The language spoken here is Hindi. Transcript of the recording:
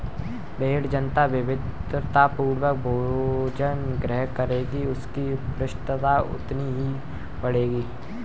भेंड़ जितना विविधतापूर्ण भोजन ग्रहण करेगी, उसकी पुष्टता उतनी ही बढ़ेगी